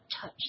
touch